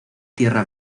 tierra